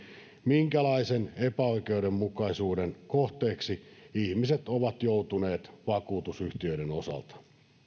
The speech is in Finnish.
minkälaisen epäoikeudenmukaisuuden kohteeksi ihmiset ovat joutuneet vakuutusyhtiöiden taholta